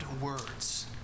words